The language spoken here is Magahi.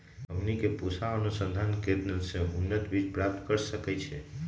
हमनी के पूसा अनुसंधान केंद्र से उन्नत बीज प्राप्त कर सकैछे?